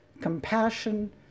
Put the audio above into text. compassion